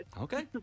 Okay